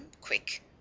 quick